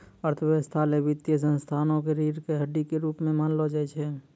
अर्थव्यवस्था ल वित्तीय संस्थाओं क रीढ़ र हड्डी के रूप म मानलो जाय छै